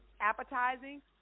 appetizing